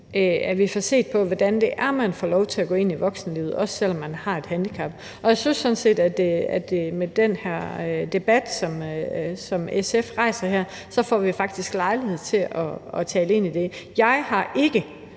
at vi får set på, hvordan man får lov til at gå ind i voksenlivet, også selv om man har et handicap, og jeg synes sådan set, at vi med den debat, som SF rejser her, faktisk får lejlighed til at tale om det. Jeg har ikke